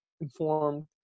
informed